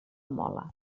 mola